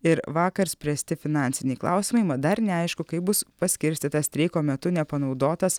ir vakar spręsti finansiniai klausimai mat dar neaišku kaip bus paskirstytas streiko metu nepanaudotas